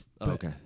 Okay